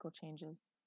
changes